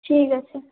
ঠিক আছে